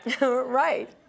Right